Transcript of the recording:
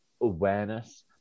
awareness